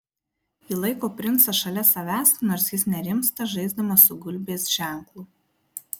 ji laiko princą šalia savęs nors jis nerimsta žaisdamas su gulbės ženklu